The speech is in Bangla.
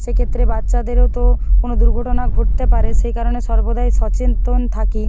সেক্ষেত্রে বাচ্চাদেরও তো কোনো দুর্ঘটনা ঘটতে পারে সেই কারণে সর্বদাই সচেতন থাকি